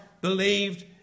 believed